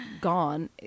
gone